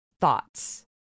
thoughts